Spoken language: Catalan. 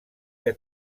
que